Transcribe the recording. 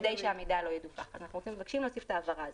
אנחנו מבקשים להוסיף את ההבהרה הזאת.